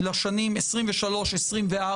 אם דובר על --- אתה עונה על שאלה אחרת,